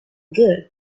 good